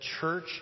church